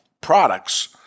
products